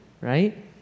right